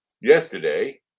yesterday